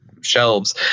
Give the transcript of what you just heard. shelves